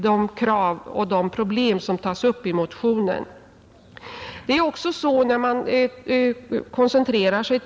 De krav och de problem som tas upp i motionen spänner alltså över ett mycket stort fält.